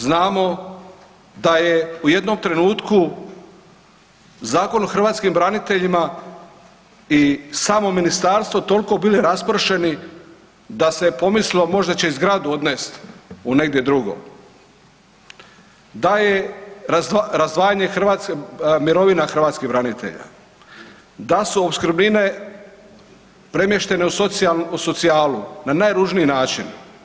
Znamo da je u jednom trenutku Zakon o hrvatskim braniteljima i samo ministarstvo toliko bili raspršeni da se pomislilo možda će i zgradu odnest u negdje drugo, da je razdvajanje mirovina hrvatskih branitelja, da su opskrbnine premještene u socijalu na najružniji način.